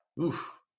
Oof